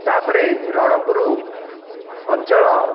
ତା'ପରେ ରଣପୁର ଅଞ୍ଚଳ